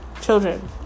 children